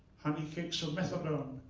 honey cakes of methadone,